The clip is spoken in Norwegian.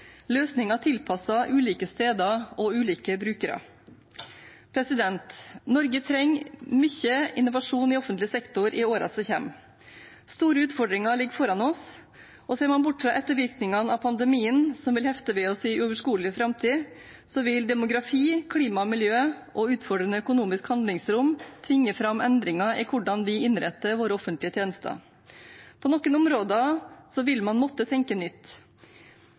ulike steder og ulike brukere. Norge trenger mye innovasjon i offentlig sektor i årene som kommer. Store utfordringer ligger foran oss. Ser man bort fra ettervirkningene av pandemien, som vil hefte ved oss i uoverskuelig framtid, vil demografi, klima og miljø og utfordrende økonomisk handlingsrom tvinge fram endringer i hvordan vi innretter våre offentlige tjenester. På noen områder vil man måtte tenke nytt.